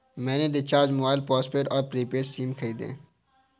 मैंने recharge mobile postpaid और prepaid SIM खरीदे